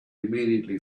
immediately